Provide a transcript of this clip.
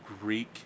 Greek